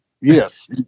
Yes